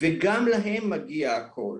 וגם להם מגיע הכל.